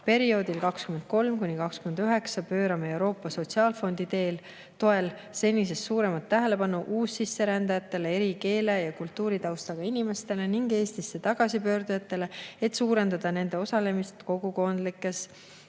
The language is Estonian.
Perioodil 2023–2029 pöörame Euroopa Sotsiaalfondi toel senisest suuremat tähelepanu uussisserändajatele, eri keele- ja kultuuritaustaga inimestele ning Eestisse tagasipöördujatele, et suurendada nende osalemist kogukondlikes